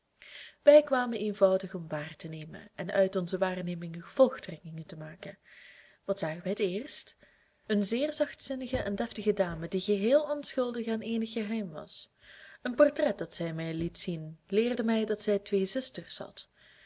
wij kwamen eenvoudig om waar te nemen en uit onze waarnemingen gevolgtrekkingen te maken wat zagen wij het eerst een zeer zachtzinnige en deftige dame die geheel onschuldig aan eenig geheim was een portret dat zij mij liet zien leerde mij dat zij twee zusters